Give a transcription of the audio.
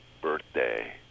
birthday